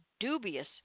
Dubious